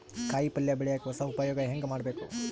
ಕಾಯಿ ಪಲ್ಯ ಬೆಳಿಯಕ ಹೊಸ ಉಪಯೊಗ ಹೆಂಗ ಮಾಡಬೇಕು?